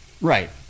Right